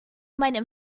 meinem